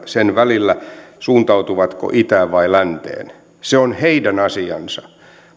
sen välillä suuntautuvatko itään vai länteen se on heidän asiansa